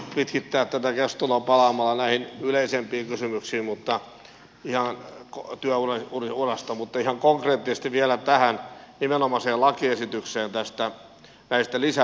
en halua pitkittää tätä keskustelua palaamalla näihin yleisempiin kysymyksiin ihan työurasta mutta puutun ihan konkreettisesti vielä tähän nimenomaiseen lakiesitykseen näistä lisäpäivistä